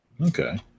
Okay